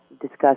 discuss